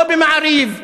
לא ב"מעריב",